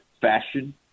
fashion